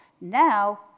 now